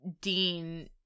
Dean